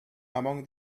among